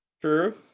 True